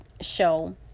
show